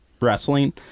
Wrestling